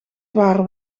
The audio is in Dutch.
waren